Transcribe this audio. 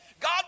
God